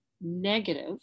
negative